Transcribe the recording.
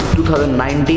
2019